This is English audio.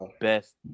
best